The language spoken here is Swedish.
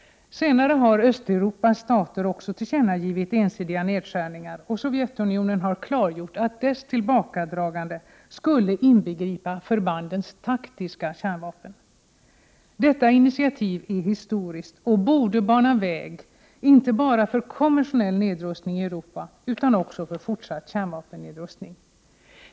Senare har Östeuropas stater också tillkännagivit ensidiga nedskärningar, och Sovjetunionen har klargjort att dess tillbakadragande skulle inbegripa förbandens taktiska kärnvapen. Detta initiativ är historiskt och borde bana väg inte bara för konventionell nedrustning i Europa, utan också för fortsatt kärnvapennedrustning.